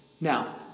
Now